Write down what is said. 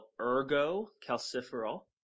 ergo-calciferol